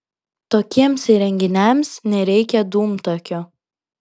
tokiems įrenginiams nereikia dūmtakio